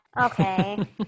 okay